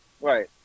right